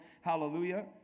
Hallelujah